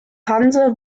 hanse